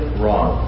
wrong